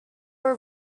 were